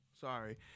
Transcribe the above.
sorry